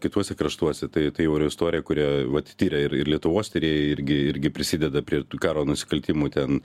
kituose kraštuose tai tai jau yra istorija kurią vat tiria ir ir lietuvos tyrėjai irgi irgi prisideda prie karo nusikaltimų ten